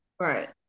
Right